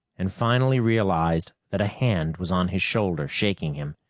and finally realized that a hand was on his shoulder shaking him.